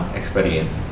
experience